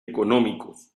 económicos